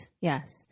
Yes